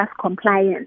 compliance